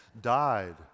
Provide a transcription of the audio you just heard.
died